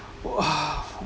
!wow!